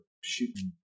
shooting